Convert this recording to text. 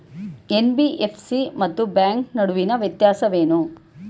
NBFC ಮತ್ತು bank ನಡುವಿನ ವ್ಯತ್ಯಾಸವೇನು?